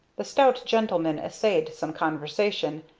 the stout gentleman essayed some conversation,